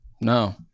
No